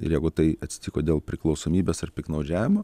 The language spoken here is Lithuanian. ir jeigu tai atsitiko dėl priklausomybės ar piktnaudžiavimo